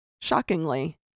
Shockingly